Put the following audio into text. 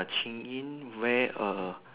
Chin-Yin wear a